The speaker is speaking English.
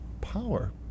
power